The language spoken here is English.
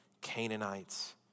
Canaanites